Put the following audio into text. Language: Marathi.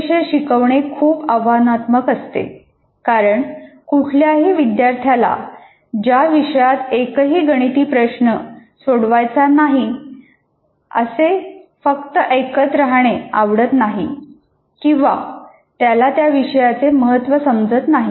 हे विषय शिकवणे खूप आव्हानात्मक असते कारण कुठल्याही विद्यार्थ्याला ज्या विषयात एकही गणिती प्रश्न सोडवायचा नाही असे फक्त ऐकत राहणे आवडत नाही किंवा त्याला त्या विषयाचे महत्त्व समजत नाही